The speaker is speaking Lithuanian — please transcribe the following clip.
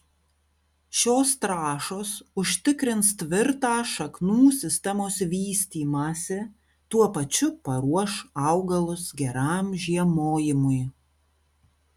šios trąšos užtikrins tvirtą šaknų sistemos vystymąsi tuo pačiu paruoš augalus geram žiemojimui